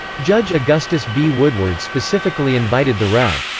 judge augustus b. woodward specifically invited the rev.